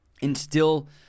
instill